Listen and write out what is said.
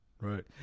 right